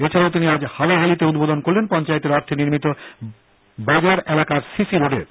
এছাডাও তিনি আজ হালাহালিতে উদ্বোধন করলেন পঞ্চায়েতের অর্থে নির্মিত বাজার এলাকার সিসি রোডের